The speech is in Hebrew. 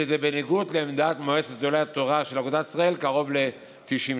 שזה בניגוד לעמדת מועצת גדולי התורה של אגודת ישראל קרוב ל-90 שנה.